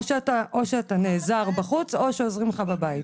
או שאתה נעזר בחוץ או שעוזרים לך בבית.